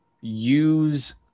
use